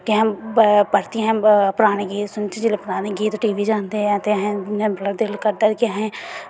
की अस परतियै पराने गीत सुनचै जेल्लै पराने गीत टीवी च आंदे ते बड़ा दिल करदा कि असें